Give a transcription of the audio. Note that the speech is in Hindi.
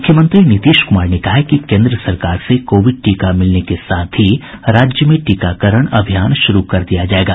मुख्यमंत्री नीतीश कुमार ने कहा है कि केन्द्र सरकार से कोविड टीका मिलने के साथ ही राज्य में टीकाकरण अभियान शुरू कर दिया जायेगा